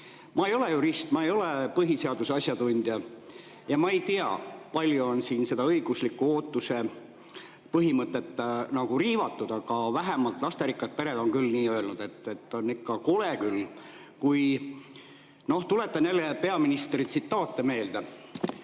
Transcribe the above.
Ma ei ole jurist, ma ei ole põhiseaduse asjatundja ja ma ei tea, kui palju on siin seda õigusliku ootuse põhimõtet riivatud, aga vähemalt lasterikkad pered on küll nii öelnud, et on ikka kole küll. Tuletan jälle peaministri tsitaate meelde.